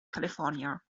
california